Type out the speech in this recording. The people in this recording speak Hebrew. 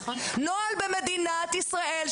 נוהל במדינת ישראל,